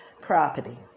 property